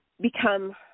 become